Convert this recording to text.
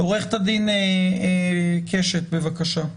עו"ד קשת, בבקשה.